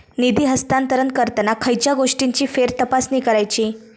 निधी हस्तांतरण करताना खयच्या गोष्टींची फेरतपासणी करायची?